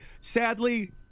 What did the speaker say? sadly—